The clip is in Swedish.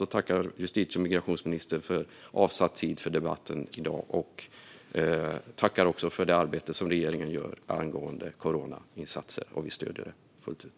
Jag tackar justitie och migrationsministern för att han har avsatt tid för debatt i dag, och jag tackar också för det arbete som regeringen gör angående coronainsatser som vi stöder fullt ut.